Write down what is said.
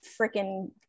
freaking